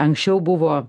anksčiau buvo